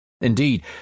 Indeed